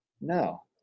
No